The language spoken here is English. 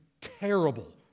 terrible